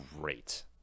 great